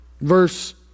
Verse